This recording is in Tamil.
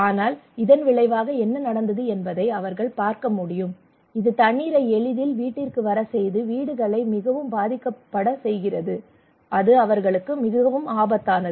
ஆனால் இதன் விளைவாக என்ன நடந்தது என்பதை அவர்கள் பார்க்க முடியும் இது தண்ணீரை எளிதில் வீட்டிற்கு வரச் செய்து வீடுகளை மிகவும் பாதிக்கப்பட செய்கிறது அது அவர்களுக்கு மிகவும் ஆபத்தானது